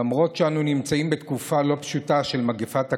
למרות שאנו נמצאים בתקופה לא פשוטה של מגפת הקורונה,